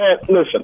listen